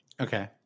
Okay